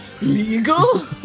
legal